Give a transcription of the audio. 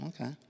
okay